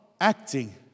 acting